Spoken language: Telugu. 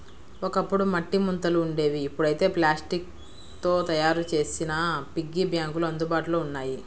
ఒకప్పుడు మట్టి ముంతలు ఉండేవి ఇప్పుడైతే ప్లాస్టిక్ తో తయ్యారు చేసిన పిగ్గీ బ్యాంకులు అందుబాటులో ఉన్నాయి